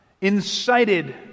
incited